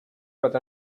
but